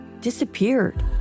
disappeared